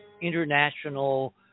international